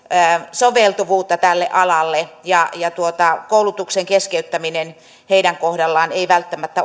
soveltuvuutta tälle alalle ja koulutuksen keskeyttäminen heidän kohdallaan ei välttämättä